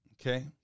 Okay